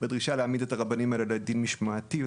בדרישה להעמיד את הרבנים האלה לדין משמעתי.